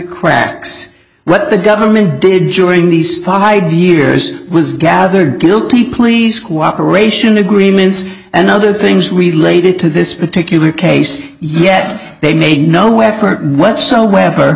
cracks what the government did during these five years was gathered guilty pleas cooperation agreements and other things related to this particular case yet they made no effort whatsoever